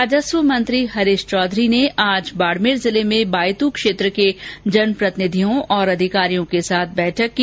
राजस्व मंत्री हरीश चौधरी ने आज बाड़मेर जिले में बायतू क्षेत्र के जनप्रतिनिधियों और अधिकारियों के साथ बैठक की